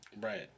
right